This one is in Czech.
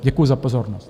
Děkuju za pozornost.